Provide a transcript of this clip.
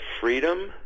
freedom